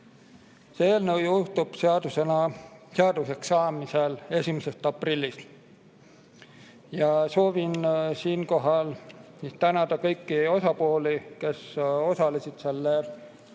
See eelnõu jõustub seaduseks saamise korral 1. aprillil. Soovin siinkohal tänada kõiki osapooli, kes osalesid selle